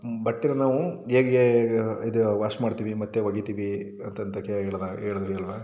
ಬಟ್ಟೆಗಳನ್ನು ನಾವು ಹೇಗೆ ಇದು ವಾಶ್ ಮಾಡ್ತೀವಿ ಮತ್ತು ಒಗಿತೀವಿ ಅಂತ ಅಂತ ಕೇಳಿದಾಗ ಹೇಳಿದಾಗ